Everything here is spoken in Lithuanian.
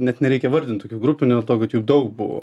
net nereikia vardint tokių grupių dėl to kad jų daug buvo